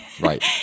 right